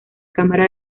cámara